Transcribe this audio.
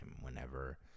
whenever